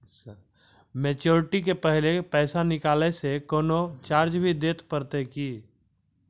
Maturity के पहले पैसा निकालै से कोनो चार्ज भी देत परतै की?